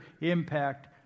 impact